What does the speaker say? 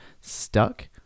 stuck